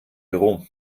büro